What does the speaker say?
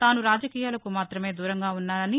తాను రాజకీయాలకు మాతమే దూరంగా వున్నానని